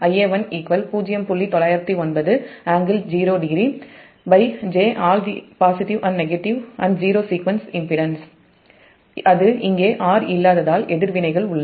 அது இங்கே R இல்லாததால் எதிர்வினைகள் உள்ளது